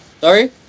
Sorry